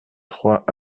trois